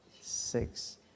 Six